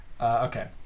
Okay